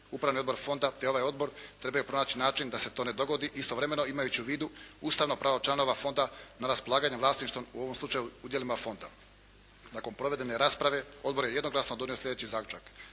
upravni odbor fonda te ovaj odbor …/Govornik se ne razumije./… način da se to ne dogodi istovremeno imajući u vidu ustavno pravo članova fonda na raspolaganje vlasništvom, u ovom slučaju udjelima fonda. Nakon provedene rasprave odbor je jednoglasno donio sljedeći zaključak.